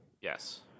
Yes